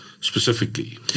specifically